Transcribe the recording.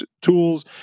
tools